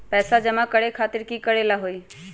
पैसा जमा करे खातीर की करेला होई?